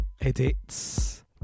edits